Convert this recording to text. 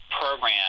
program